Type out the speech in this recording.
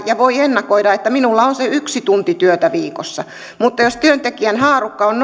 ja voi ennakoida että minulla on se yksi tunti työtä viikossa mutta jos työntekijän haarukka on